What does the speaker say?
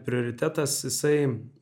prioritetas jisai